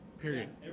period